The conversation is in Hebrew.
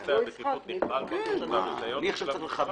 נושא הבטיחות נכלל בבקשת הרישיון של המשרד.